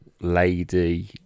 lady